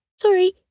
sorry